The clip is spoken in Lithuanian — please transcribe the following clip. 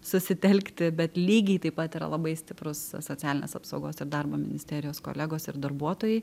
susitelkti bet lygiai taip pat yra labai stiprūs socialinės apsaugos ir darbo ministerijos kolegos ir darbuotojai